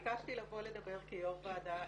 ביקשתי לבוא לדבר כיו"ר ועדה ולצאת.